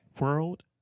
World